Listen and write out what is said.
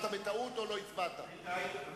לא נתקבלה.